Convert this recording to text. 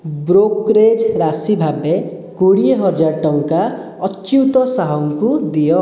brokerage ରାଶି ଭାବେ କୋଡିଏ ହଜାର ଟଙ୍କା ଅଚ୍ୟୁତ ସାହୁଙ୍କୁ ଦିଅ